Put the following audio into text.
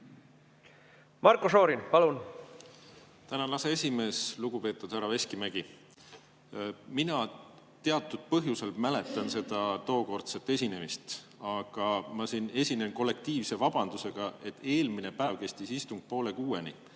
Marko Šorin, palun!